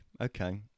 okay